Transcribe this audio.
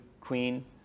queen